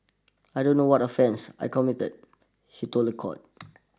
I don't know what offence I committed he told the court